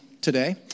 today